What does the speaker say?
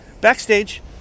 backstage